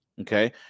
okay